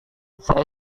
saya